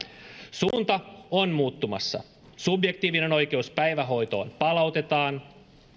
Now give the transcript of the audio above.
suunta on muuttumassa subjektiivinen oikeus päivähoitoon palautetaan